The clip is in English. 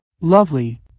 Lovely